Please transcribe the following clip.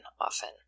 often